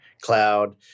cloud